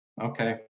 okay